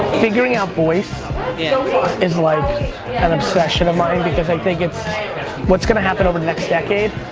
figuring out voice you know is like an obsession of mine, because i think it's what's going to happen over the next decade.